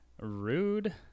Rude